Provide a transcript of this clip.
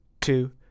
two